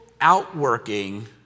outworking